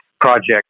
project